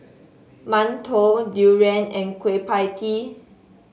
mantou durian and Kueh Pie Tee